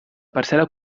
parcel·la